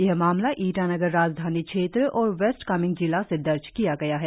यह मामला ईटानगर राजधानी क्षेत्र और वेस्ट कामेंग जिला से दर्ज किया गया है